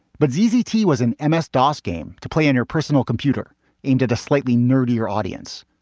but ddt was an m s. dos game to play on your personal computer aimed at a slightly nerdy or audience.